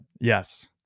Yes